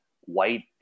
white